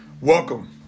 Welcome